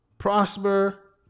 Prosper